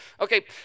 okay